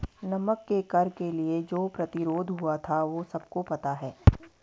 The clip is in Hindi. नमक के कर के लिए जो प्रतिरोध हुआ था वो सबको पता है